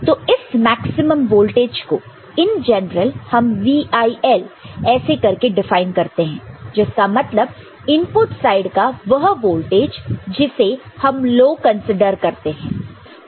तो इस maximum voltage को इन जनरल हम VIL करके डिफाइन करते हैं जिसका मतलब इनपुट साइड का वह वोल्टेज जिसे हम लो कंसीडर करते हैं